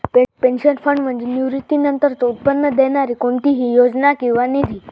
pension fund म्हणजे निवृत्तीनंतरचो उत्पन्न देणारी कोणतीही योजना किंवा निधी